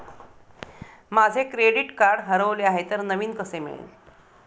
माझे credit card हरवले आहे तर नवीन कसे मिळेल?